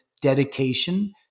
dedication